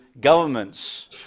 governments